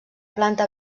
planta